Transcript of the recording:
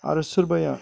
आरो सोरबाया